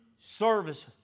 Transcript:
service